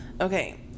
okay